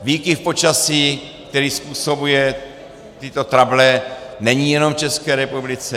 Výkyv počasí, který způsobuje tyto trable, není jenom v České republice.